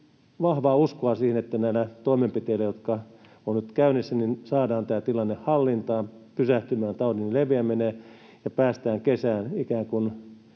vahvaa uskoa siihen, että näillä toimenpiteillä, jotka ovat nyt käynnissä, saadaan tämä tilanne hallintaan, taudin leviäminen pysähtymään ja päästään kesään ikään kuin